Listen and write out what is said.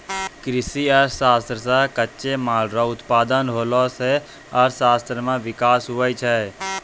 कृषि अर्थशास्त्र से कच्चे माल रो उत्पादन होला से अर्थशास्त्र मे विकास हुवै छै